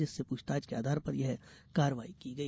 जिससे पूछताछ के आधार पर यह कार्रवाई की गई